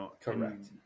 correct